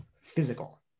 physical